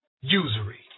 usury